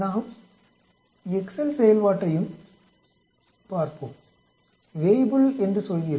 நாம் எக்செல் செயல்பாட்டையும் பார்ப்போம் வேய்புல் என்று சொல்கிறோம்